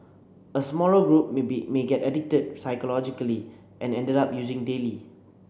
a smaller group may be may get addicted psychologically and end up using daily